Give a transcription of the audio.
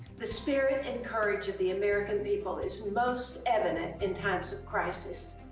the spirit and courage of the american people is most evident in times of crisis.